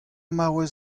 maouez